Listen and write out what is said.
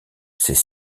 c’est